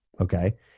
Okay